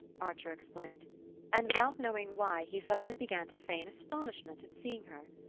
archer explained and, without knowing why, he suddenly began to feign astonishment at seeing her.